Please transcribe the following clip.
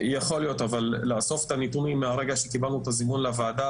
יכול להיות אבל לאסוף את הנתונים מהרגע שקיבלנו את הזימון לוועדה